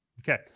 Okay